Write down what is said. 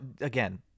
again